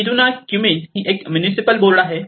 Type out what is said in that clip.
Kiruna commune ही एक municipal board आहे